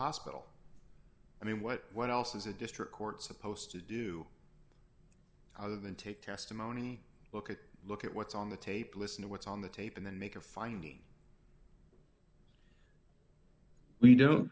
hospital i mean what what else is a district court supposed to do other than take testimony look at look at what's on the tape listen to what's on the tape and then make a finding